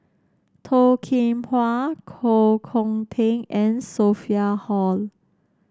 Toh Kim Hwa Koh Hong Teng and Sophia Hull